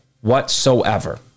whatsoever